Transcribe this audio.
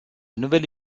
nouvelle